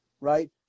Right